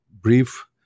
brief